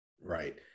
Right